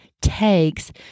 takes